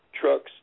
trucks